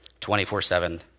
24-7